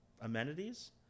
amenities